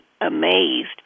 amazed